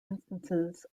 instances